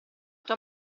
tua